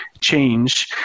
change